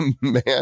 man